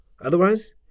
otherwise